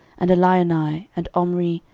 and elioenai, and omri,